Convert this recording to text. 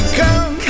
come